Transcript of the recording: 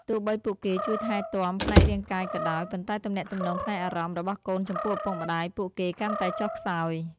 ទោះបីពួកគេជួយថែទាំផ្នែករាងកាយក៏ដោយ ប៉ុន្តែទំនាក់ទំនងផ្នែកអារម្មណ៍របស់កូនចំពោះឪពុកម្ដាយពួកគេកាន់តែចុះខ្សោយ។